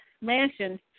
mansion